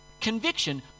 Conviction